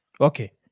Okay